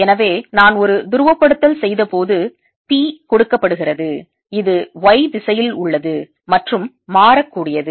எனவே நான் ஒரு துருவப்படுத்தல் செய்தபோது P கொடுக்கப்படுகிறது இது Y திசையில் உள்ளது மற்றும் மாறக்கூடியது